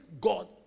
God